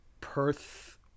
Perth